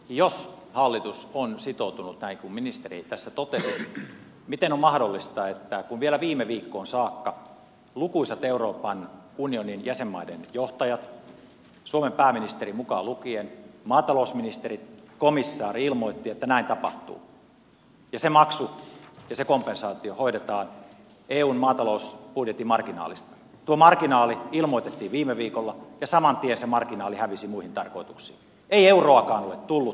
jos hallitus on sitoutunut näin kuin ministeri tässä totesi miten on mahdollista että kun vielä viime viikkoon saakka lukuisat euroopan unionin jäsenmaiden johtajat suomen pääministeri mukaan lukien maatalousministerit komissaari ilmoittivat että näin tapahtuu ja se maksu ja se kompensaatio hoidetaan eun maatalousbudjetin marginaalista tuo marginaali ilmoitettiin viime viikolla niin saman tien se marginaali hävisi muihin tarkoituksiin ei euroakaan ole tullut